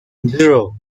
zero